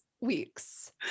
weeks